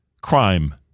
crime